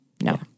No